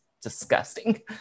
disgusting